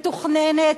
מתוכננת,